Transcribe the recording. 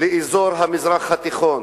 לאזור המזרח התיכון